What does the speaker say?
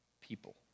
people